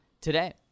today